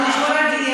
את מוכנה,